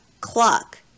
clock